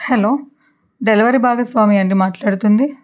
hello delivery భాగస్వామి అండి మాట్లాడుతుంది